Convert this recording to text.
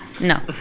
No